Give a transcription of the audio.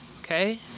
Okay